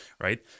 right